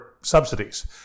subsidies